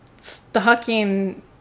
stalking